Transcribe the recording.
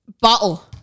bottle